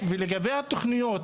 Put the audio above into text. ולגבי התוכניות